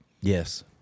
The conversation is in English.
yes